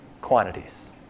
quantities